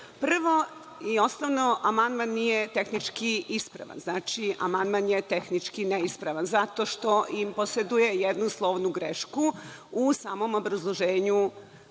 Prvo i osnovno, amandman nije tehnički ispravan. Znači, amandman je tehnički neispravan zato što poseduje jednu slovnu grešku u samom obrazloženju